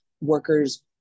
workers